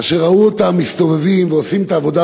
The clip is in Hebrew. אשר ראו אותם מסתובבים ועושים את העבודה,